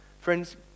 Friends